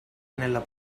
nella